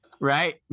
Right